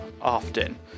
often